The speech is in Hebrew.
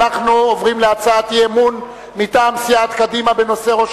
אנחנו עוברים להצעת אי-אמון מטעם סיעת קדימה בנושא: ראש